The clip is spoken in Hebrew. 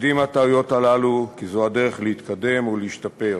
למדי מהטעויות הללו, כי זו הדרך להתקדם ולהשתפר.